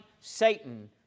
Satan